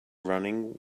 running